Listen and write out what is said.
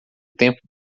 tempo